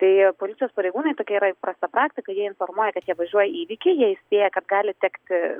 tai policijos pareigūnai tokia yra įprasta praktika jie informacija kad jie važiuoja į įvykį jie įspėja kad gali tekti